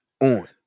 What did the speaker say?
on